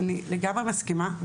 אני לגמרי מסכימה,